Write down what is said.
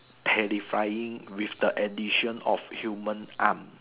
terrifying with the edition of human arms